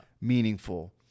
meaningful